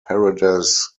paradise